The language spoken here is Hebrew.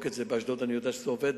באשדוד אני יודע שזה עובד,